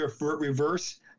reverse